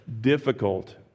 difficult